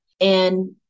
And-